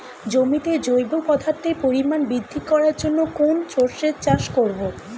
জমিতে জৈব পদার্থের পরিমাণ বৃদ্ধি করার জন্য কোন শস্যের চাষ করবো?